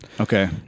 Okay